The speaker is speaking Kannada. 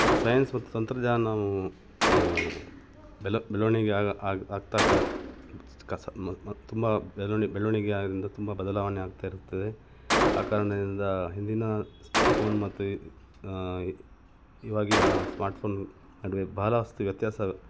ಸೈನ್ಸ್ ಮತ್ತು ತಂತ್ರಜ್ಞಾನವು ಬೆಲ ಬೆಳವಣಿಗೆ ಆಗ ಆಗಿ ಆಗ್ತ ತುಂಬ ಬೆಲವಣಿ ಬೆಳವಣಿಗೆ ಆಗೋದ್ರಿಂದ ತುಂಬ ಬದಲಾವಣೆ ಆಗ್ತಾ ಇರುತ್ತದೆ ಆ ಕಾರಣದಿಂದ ಹಿಂದಿನ ಫೋನ್ ಮತ್ತು ಈ ಇವಾಗಿನ ಸ್ಮಾರ್ಟ್ಫೋನ್ ನಡುವೆ ಬಹಳಷ್ಟ್ ವ್ಯತ್ಯಾಸ